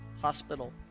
hospital